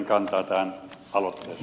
arvoisa puhemies